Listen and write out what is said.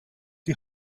die